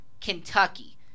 Kentucky